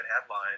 headline